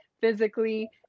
physically